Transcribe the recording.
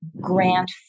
grant